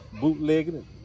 Bootlegging